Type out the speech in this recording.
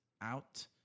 out